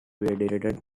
deleted